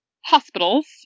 hospitals